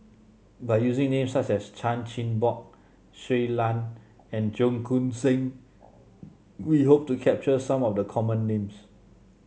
by using names such as Chan Chin Bock Shui Lan and Cheong Koon Seng we hope to capture some of the common names